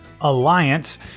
alliance